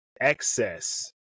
excess